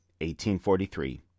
1843